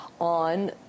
on